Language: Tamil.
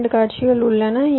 2 காட்சிகள் உள்ளன